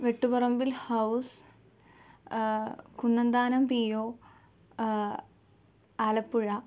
Vettuparambil house Kunnanthanam P O Alappuzha